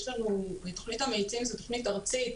תכנית המאיצים זו תכנית ארצית